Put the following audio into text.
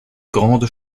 grandes